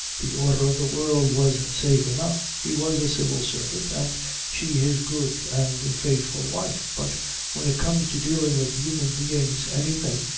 the order of the world was safe enough. he was a civil servant and she his good and faithful wife. but when it comes to dealing with human beings anything,